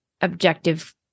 objective